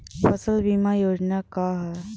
फसल बीमा योजना का ह?